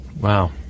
Wow